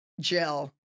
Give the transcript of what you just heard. Jill